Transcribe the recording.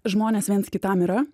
žmonės viens kitam yra